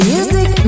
Music